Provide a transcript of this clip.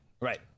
Right